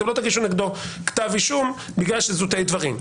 אתם לא תגישו נגדו כתב אישום בגלל זוטי דברים.